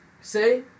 Say